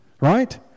right